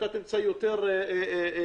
שתמצא יותר ניידות